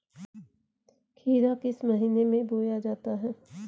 खीरा किस महीने में बोया जाता है?